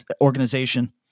organization